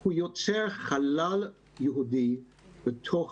הוא יוצר חלל יהודי בתוך